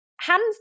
hands